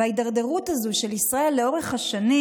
וההידרדרות הזאת של ישראל לאורך השנים